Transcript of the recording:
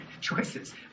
choices